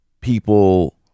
people